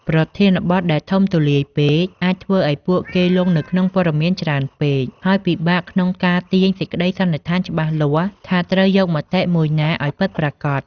ប្រធានបទដែលធំទូលាយពេកអាចធ្វើឱ្យពួកគេលង់នៅក្នុងព័ត៌មានច្រើនពេក ហើយពិបាកក្នុងការទាញសេចក្តីសន្និដ្ឋានច្បាស់លាស់ថាត្រូវយកមតិមួយណាឱ្យពិតប្រាកដ។